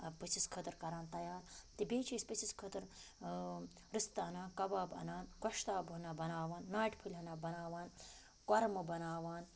پٔژھِس خٲطرٕ کَران تَیار تہٕ بیٚیہِ چھِ أسۍ پٔژِھس خٲطرٕ رِستہٕ اَنان کَباب اَنان گۄشتاب ہٕنا بَناوان ناٹہِ پھٔلۍ ہٕنا بَناوان کۄرمہٕ بَناوان